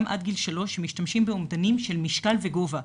עד גיל שלוש משתמשים באומדנים של משקל וגובה,